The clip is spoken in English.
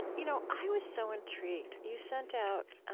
you know i was so intrigued. you sent out,